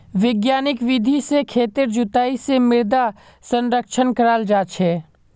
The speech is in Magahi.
वैज्ञानिक विधि से खेतेर जुताई से मृदा संरक्षण कराल जा छे